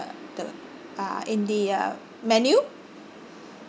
the uh in the uh menu